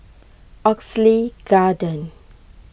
Oxley Garden